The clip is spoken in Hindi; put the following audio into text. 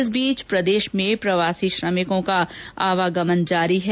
इस बीच प्रदेश में प्रवासियों का आवागमन जारी है